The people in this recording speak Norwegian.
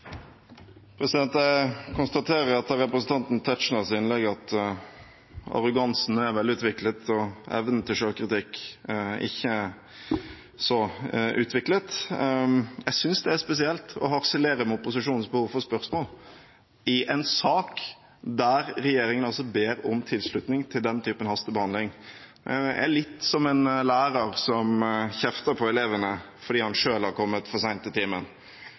Jeg konstaterer etter representanten Tetzschners innlegg at arrogansen er velutviklet og evnen til selvkritikk ikke er så utviklet. Jeg synes det er spesielt å harselere med opposisjonens behov for spørsmål i en sak der regjeringen ber om tilslutning til den typen hastebehandling. Det er litt som en lærer som kjefter på elevene fordi han selv har kommet for sent til timen.